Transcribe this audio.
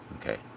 Okay